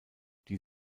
die